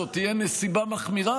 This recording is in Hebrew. זאת תהיה נסיבה מחמירה.